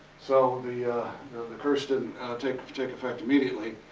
so the curse didn't take to take effect immediately.